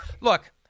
look